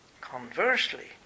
Conversely